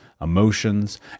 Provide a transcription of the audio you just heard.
emotions